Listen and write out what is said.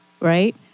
right